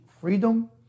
freedom